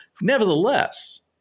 Nevertheless